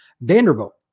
Vanderbilt